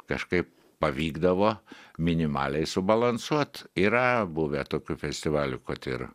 kažkaip pavykdavo minimaliai subalansuot yra buvę tokių festivalių kad ir